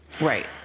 Right